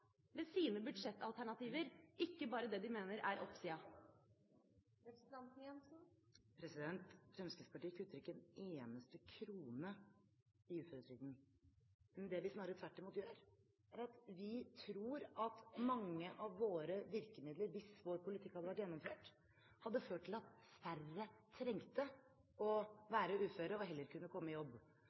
ved sine budsjettalternativer, ikke bare det de mener er oppsida. Fremskrittspartiet kutter ikke en eneste krone i uføretrygden. Det vi snarere tvert imot tror, er at mange av våre virkemidler, hvis vår politikk hadde vært gjennomført, hadde ført til at færre trengte å være uføre og heller kunne kommet i jobb. Sist jeg sjekket, var det svært mange mennesker med en uførhetsgrad som ønsket å komme i